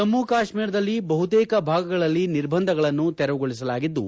ಜಮ್ಮ ಕಾಶ್ಮೀರದಲ್ಲಿ ಬಹುತೇಕ ಭಾಗಗಳಲ್ಲಿ ನಿರ್ಬಂಧಗಳನ್ನು ತೆರವುಗೊಳಿಸಲಾಗಿದ್ದು